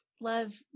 love